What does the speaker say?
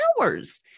hours